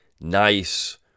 nice